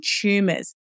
tumors